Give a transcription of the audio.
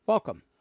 Welcome